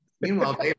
Meanwhile